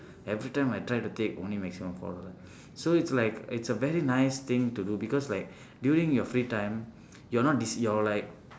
every time I try to take only maximum four dollar so it's like it's a very nice thing to do because like during your free time you're not dis~ you're like